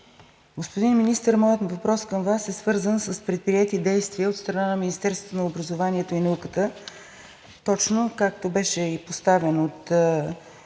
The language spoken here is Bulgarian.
Господин Министър, моят въпрос към Вас е свързан с предприети действия от страна на Министерството на образованието и науката точно както беше поставен от